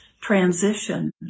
transition